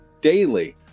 daily